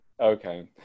Okay